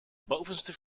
bovenste